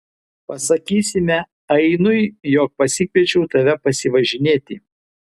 pasakysime ainui jog pasikviečiau tave pasivažinėti